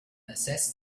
assessed